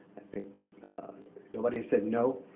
i think nobody has said no,